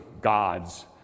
God's